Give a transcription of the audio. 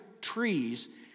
trees